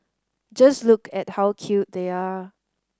just look at how cute they are